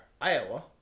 Iowa